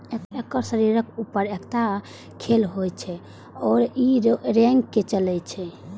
एकर शरीरक ऊपर एकटा खोल होइ छै आ ई रेंग के चलै छै